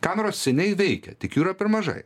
kameros seniai veikia tik jų yra per mažai